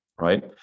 right